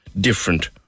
different